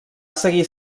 seguir